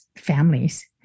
families